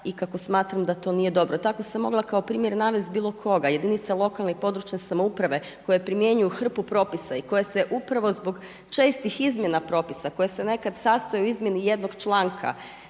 i kako smatram da to nije dobro. Tako sam mogla kao primjer navesti bilo koga, jedinice lokalne i područne samouprave koje primjenjuju hrpu propisa i koje se upravo zbog čestih izmjena propisa, koje se nekad sastoje u izmjeni jednog članka,